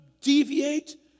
deviate